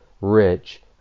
rich